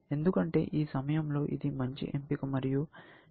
ఎందుకంటే ఈ సమయంలో ఇది మంచి ఎంపిక మరియు దీని కోసం ఇక్కడ మార్కర్ ఉంటుంది